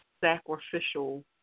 sacrificial